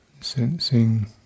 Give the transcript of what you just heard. sensing